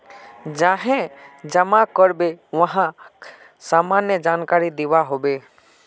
जाहें जमा कारबे वाक सामान्य जानकारी दिबा हबे